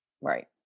Right